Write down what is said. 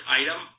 item